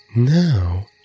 Now